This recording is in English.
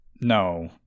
no